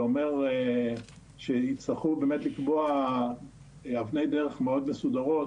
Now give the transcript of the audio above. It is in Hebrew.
זה אומר שיצטרכו באמת לקבוע אבני דרך מאוד מסודרות